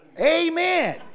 Amen